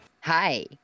Hi